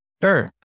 Sure